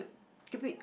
keep it